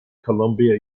columbia